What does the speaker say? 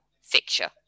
fixture